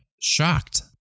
shocked